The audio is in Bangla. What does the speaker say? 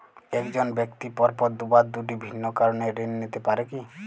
এক জন ব্যক্তি পরপর দুবার দুটি ভিন্ন কারণে ঋণ নিতে পারে কী?